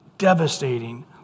devastating